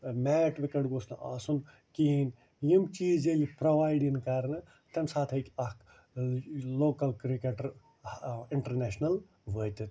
mat wicket گوٚس نہٕ آسُن کِہیٖنۍ یِم چیٖز ییٚلہِ پرٛووایڈ یِنۍ کَرنہٕ تَمہِ ساتہٕ ہیٚکہِ اَکھ لوکل کِرکٹر ٲں اِنٹرنیشنل وٲتِتھ